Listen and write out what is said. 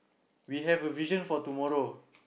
we have a vision for tomorrow